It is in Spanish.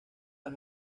las